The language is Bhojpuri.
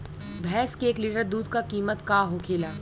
भैंस के एक लीटर दूध का कीमत का होखेला?